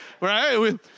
right